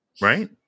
Right